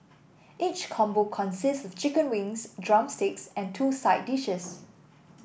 each combo consists of chicken wings drumsticks and two side dishes